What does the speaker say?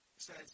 says